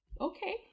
Okay